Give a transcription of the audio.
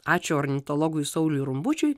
ačiū ornitologui sauliui rumbučiui